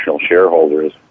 shareholders